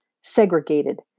segregated